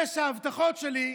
זה שההבטחות שלי,